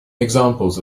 examples